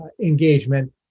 engagement